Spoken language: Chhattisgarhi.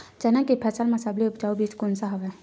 चना के फसल म सबले उपजाऊ बीज कोन स हवय?